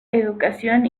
educación